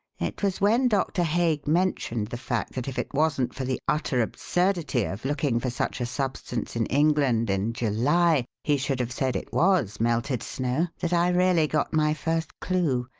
it was when doctor hague mentioned the fact that if it wasn't for the utter absurdity of looking for such a substance in england in july, he should have said it was melted snow, that i really got my first clue.